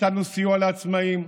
נתנו סיוע לעצמאים,